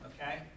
Okay